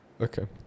Okay